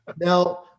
now